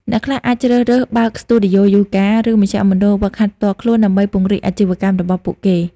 អ្នកខ្លះអាចជ្រើសរើស បើកស្ទូឌីយោយូហ្គា ឬមជ្ឈមណ្ឌលហ្វឹកហាត់ផ្ទាល់ខ្លួន ដើម្បីពង្រីកអាជីវកម្មរបស់ពួកគេ។